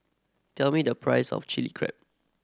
tell me the price of Chilli Crab